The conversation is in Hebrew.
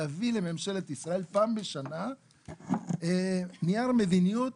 להביא לממשלת ישראל פעם בשנה נייר מדיניות